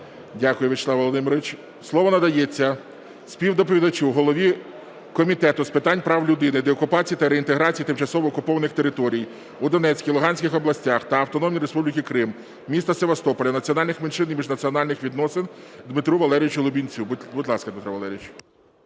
Дякую, Вячеславе Володимировичу. Слово надається співдоповідачу, голові Комітету з питань прав людини, деокупації та реінтеграції тимчасово окупованих територій у Донецькій, Луганській областях та Автономної Республіки Крим, міста Севастополя, національних меншин і міжнаціональних відносин Дмитру Валерійовичу Лубінцю. Будь ласка, Дмитре Валерійовичу.